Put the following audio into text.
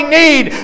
need